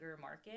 market